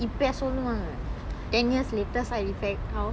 இப்பயா சொல்லுவாங்க:ippaya solluvanga ten years later side effect how